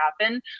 happen